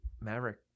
Maverick